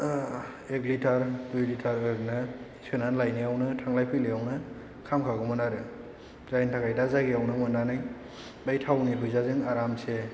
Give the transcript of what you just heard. एक लिटार दुइ लिटार ओरैनो सोनानै लायनायावनो थांलाय फैलायावनो खामखागौमोन आरो जायनि थाखाय दा जायगायावनो मोननानै बै तावनि फैसाजों आरामसे